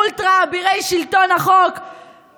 אולטרה אבירי שלטון החוק,